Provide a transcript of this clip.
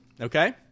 okay